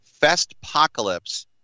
Festpocalypse